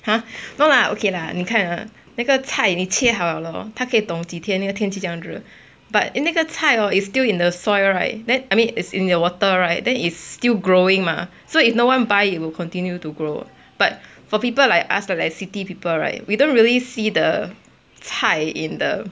!huh! no lah okay lah 你看那个菜你切好了 hor 它可以 dong 几天那个天气这样热 but 那个菜 hor is still in the soil right then I mean it's in the water right then it's still growing mah so if no one buy it will continue to grow but for people like us like city people right we don't really see the 菜 in the